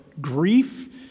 grief